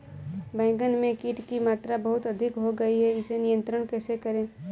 बैगन में कीट की मात्रा बहुत अधिक हो गई है इसे नियंत्रण कैसे करें?